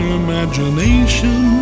imagination